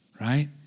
right